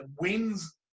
wins